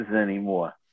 anymore